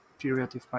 period